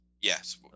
Yes